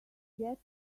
get